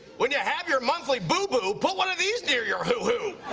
when you have your monthly boo-boo, put one of these near your hoo-hoo!